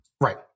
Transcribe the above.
Right